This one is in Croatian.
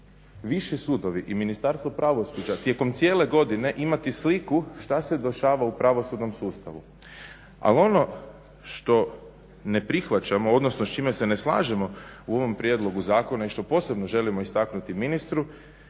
viši sudovi i Ministarstvo pravosuđa tijekom cijele godine imati sliku što se dešava u pravosudnom sustavu. Ali ono što ne prihvaćamo odnosno s čime se ne slažemo u ovom prijedlogu zakona i što posebno želimo istaknuti ministru